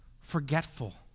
forgetful